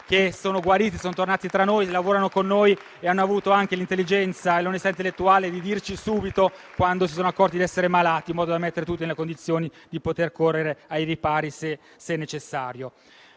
che sono guariti e sono tornati a lavorare tra noi; hanno avuto anche l'intelligenza e l'onestà intellettuale di avvertirci subito, quando si sono accorti di essere malati, in modo da mettere tutti nelle condizioni di correre ai ripari, se necessario.